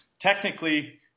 technically